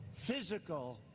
physical,